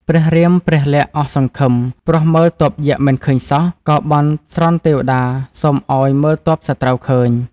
ព្រះរាម ព្រះលក្សណ៍អស់សង្ឃឹម ព្រោះមើលទ័ពយក្សមិនឃើញសោះ ក៏បន់ស្រន់ទេវតាសុំឱ្យមើលទ័ពសត្រូវឃើញ។